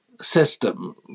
System